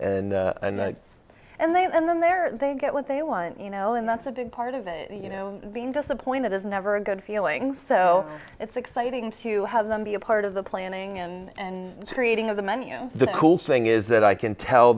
and and then and there they get what they want you know and that's a big part of it you know being disappointed is never a good feeling so it's exciting to have them be a part of the planning and creating of the money and the cool thing is that i can tell